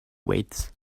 weights